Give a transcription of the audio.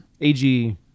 AG